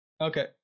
Okay